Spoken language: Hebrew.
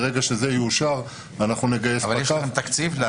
ברגע שזה יאושר אנחנו נגייס פקחים --- יש לכם תקציב?